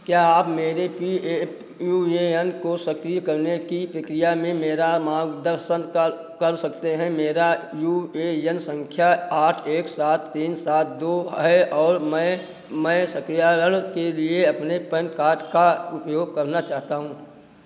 क्या आप मेरे P F U A N को सक्रिय करने की प्रक्रिया में मेरा मार्गदर्शन कर कर सकते हैं मेरा यू ए एन सँख्या आठ एक सात तीन सात दो है और मैं मैं सक्रियण के लिए अपने पैन कार्ड का उपयोग करना चाहता हूँ